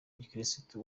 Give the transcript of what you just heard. gikirisitu